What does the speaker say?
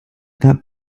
that